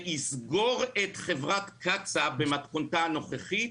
שיסגור את חברת קצא"א במתכונתה הנוכחית,